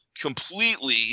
completely